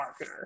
marketer